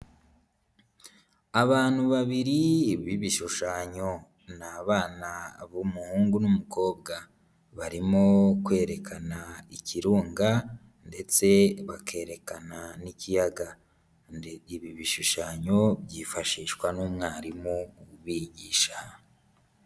Abantu babiri b'ibishushanyo, ni abana b'umuhungu n'umukobwa, barimo kwerekana ikirunga ndetse bakerekana n'ikiyaga. Ibi bishushanyo byifashishwa n'umwarimu ubigisha.